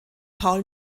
paul